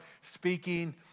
speaking